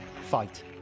Fight